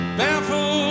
baffled